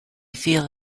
feel